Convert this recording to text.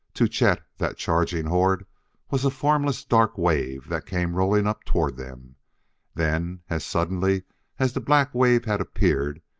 to chet, that charging horde was a formless dark wave that came rolling up toward them then, as suddenly as the black wave had appeared,